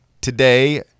today